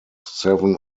seven